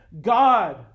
God